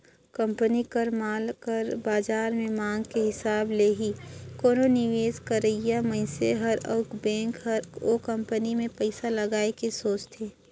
company कर माल कर बाजार में मांग के हिसाब ले ही कोनो निवेस करइया मनइसे हर अउ बेंक हर ओ कंपनी में पइसा लगाए के सोंचथे